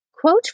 Quote